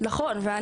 נכון.